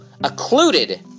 occluded